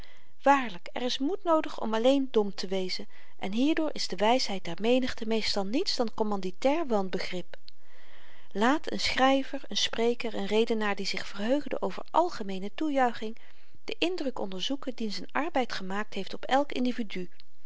waarlyk er is moed noodig om alleen dom te wezen en hierdoor is de wysheid der menigte meestal niets dan commanditair wanbegrip laat een schryver een spreker een redenaar die zich verheugde over algemeene toejuiching den indruk onderzoeken dien z'n arbeid gemaakt heeft op elk individu